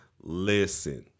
listen